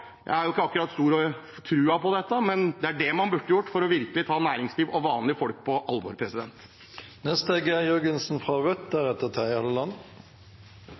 Jeg har ikke akkurat troen på det, men det er det man burde gjort for virkelig å ta næringsliv og vanlige folk på alvor.